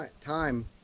time